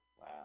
Wow